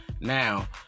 now